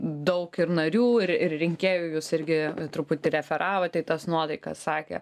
daug ir narių ir ir rinkėjų jūs irgi truputį referavote tas nuotaikas sakė